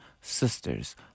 Sisters